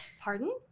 Pardon